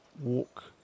walk